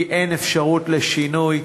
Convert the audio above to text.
כי אין אפשרות לשינוי.